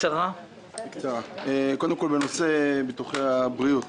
קודם כול, בנושא ביטוחי הבריאות